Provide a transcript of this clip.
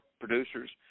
producers